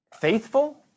Faithful